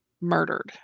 murdered